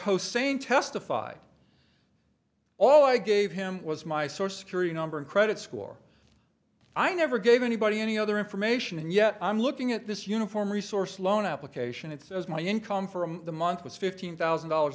hosain testified all i gave him was my source security number and credit score i never gave anybody any other information and yet i'm looking at this uniform resource loan application it's as my income for the month was fifteen thousand dollars